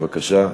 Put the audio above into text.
בבקשה.